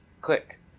click